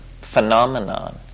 phenomenon